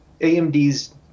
AMD's